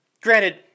Granted